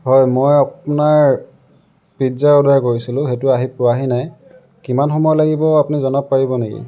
হয় মই আপোনাৰ পিজ্জা অৰ্ডাৰ কৰিছিলোঁ সেইটো আহি পোৱাহি নাই কিমান সময় লাগিব আপুনি জনাব পাৰিব নেকি